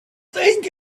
think